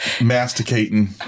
masticating